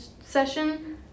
session